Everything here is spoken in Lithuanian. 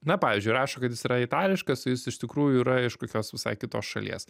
na pavyzdžiui rašo kad jis yra itališkas o jis iš tikrųjų yra iš kokios visai kitos šalies